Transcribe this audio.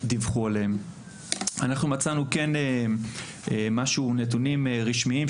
14 במרץ 2023. אנחנו פותחים את ישיבת